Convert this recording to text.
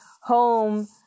home